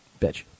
Bitch